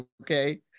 okay